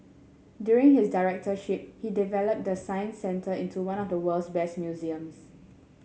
during his directorship he developed the Science Centre into one of the world's best museums